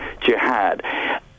jihad